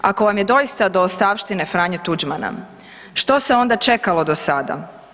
Ako vam je doista do ostavštine Franje Tuđmana što se onda čekalo do sada?